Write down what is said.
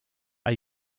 are